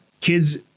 kids